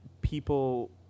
people